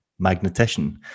magnetician